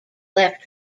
left